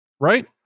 right